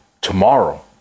tomorrow